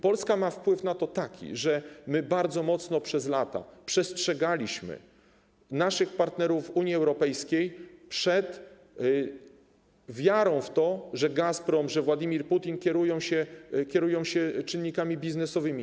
Polska ma wpływ na to taki, że my bardzo mocno przez lata przestrzegaliśmy naszych partnerów w Unii Europejskiej przed wiarą w to, że Gazprom, że Władimir Putin kierują się czynnikami biznesowymi.